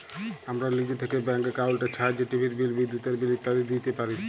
আমরা লিজে থ্যাইকে ব্যাংক একাউল্টের ছাহাইয্যে টিভির বিল, বিদ্যুতের বিল ইত্যাদি দিইতে পারি